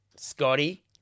Scotty